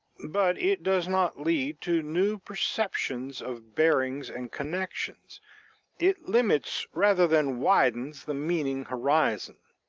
but it does not lead to new perceptions of bearings and connections it limits rather than widens the meaning-horizon.